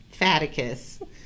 faticus